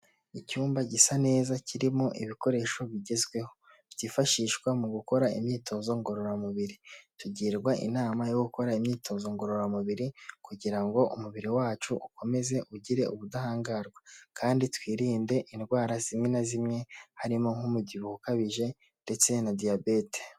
Icyumba gisa neza kirimo ibikoresho bigezweho byifashishwa mu gukora imyitozo ngororamubiri, tugirwa inama yo gukora imyitozo ngororamubiri kugira ngo umubiri wacu ukomeze ugire ubudahangarwa kandi twirinde indwara zimwe na zimwe harimo nk'umubyibuho ukabije ndetse na diyabete.